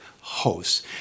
hosts